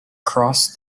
cross